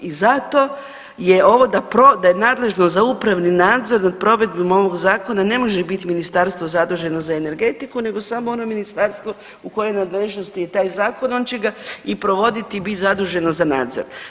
I zato je ovo da je nadležno za upravni nadzor nad provedbom ovog zakona ne može biti ministarstvo zaduženo za energetiku nego samo ono ministarstvo u kojoj nadležnosti je taj zakon on će ga provoditi i bit zaduženo za nadzor.